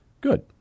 good